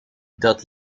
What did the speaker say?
dat